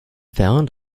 found